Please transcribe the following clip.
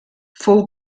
fou